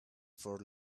for